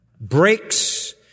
breaks